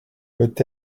peut